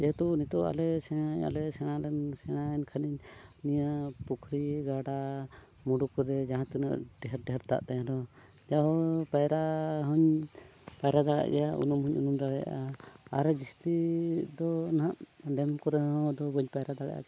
ᱡᱮᱦᱮᱛᱩ ᱱᱤᱛᱚᱜ ᱟᱞᱮ ᱥᱮᱸ ᱥᱮᱬᱟᱞᱮᱱ ᱥᱮᱬᱟᱭᱮᱱ ᱠᱷᱟᱱᱤᱧ ᱱᱤᱭᱟᱹ ᱯᱩᱠᱡᱷᱨᱤ ᱜᱟᱰᱟ ᱢᱩᱰᱩ ᱠᱚᱨᱮ ᱡᱟᱦᱟᱛᱤᱱᱟᱹᱜ ᱰᱷᱮᱹᱨ ᱰᱷᱮᱹᱨ ᱫᱟᱜ ᱛᱟᱦᱮᱱ ᱨᱮᱦᱚᱸ ᱡᱟᱦᱳ ᱯᱟᱭᱨᱟ ᱦᱚᱧ ᱯᱟᱭᱨᱟ ᱫᱟᱲᱮᱭᱟᱜ ᱜᱮᱭᱟ ᱩᱱᱩᱢ ᱦᱚᱧ ᱩᱱᱩᱢ ᱫᱟᱲᱮᱭᱟᱜᱼᱟ ᱟᱨ ᱡᱟᱹᱥᱛᱤ ᱫᱚ ᱱᱟᱦᱟᱜ ᱰᱮᱢ ᱠᱚᱨᱮ ᱦᱚᱸ ᱫᱩ ᱵᱟᱹᱧ ᱯᱟᱭᱨᱟ ᱫᱟᱲᱮᱭᱟᱜᱼᱟ ᱪᱮᱠᱟᱛᱮ